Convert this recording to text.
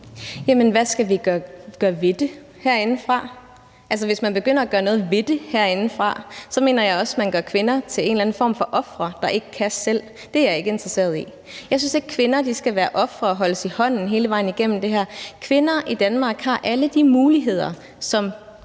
hvad skal vi gøre ved det herindefra? Altså, hvis man begynder at gøre noget ved det herindefra, mener jeg også, at man gør kvinder til en eller anden form for ofre, der ikke kan selv. Det er jeg ikke interesseret i. Jeg synes ikke, kvinder skal være ofre og holdes i hånden hele vejen igennem. Kvinder i Danmark har alle de muligheder, som